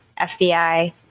FBI